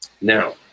Now